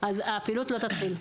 הפעילות לא תתחיל.